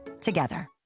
together